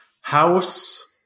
House